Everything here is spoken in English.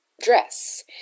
dress